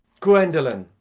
gwendolen,